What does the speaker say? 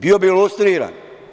Bio bi lustriran.